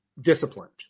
disciplined